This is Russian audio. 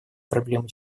проблемы